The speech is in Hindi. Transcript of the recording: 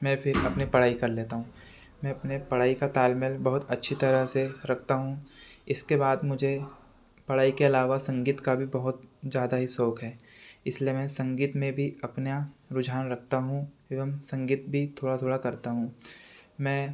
मैं फिर अपनी पढ़ाई कर लेता हूँ मैं अपनी पढ़ाई का तालमेल बहुत अच्छी तरह से रखता हूँ इसके बाद मुझे पढ़ाई के अलावा संगीत का भी बहुत ज़्यादा ही शौक़ है इसलिए मैं संगीत में भी अपना रुझान रखता हूँ एवं संगीत भी थोड़ा थोड़ा करता हूँ मैं